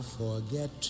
forget